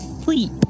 sleep